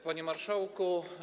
Panie Marszałku!